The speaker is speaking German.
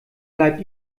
bleibt